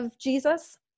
Jesus